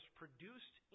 produced